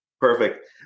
Perfect